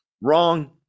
Wrong